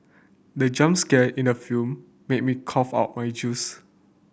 the jump scare in the film made me cough out my juice